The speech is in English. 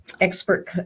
expert